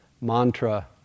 mantra